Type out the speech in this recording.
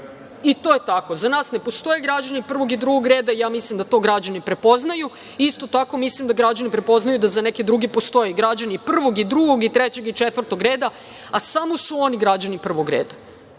To je tako. Za nas ne postoje građani prvog i drugo reda. Ja mislim da to građani prepoznaju. Isto tako, mislim da građani prepoznaju da za neke druge postoje građani prvog, drugog, trećeg i četvrtog reda, a samo su oni građani prvog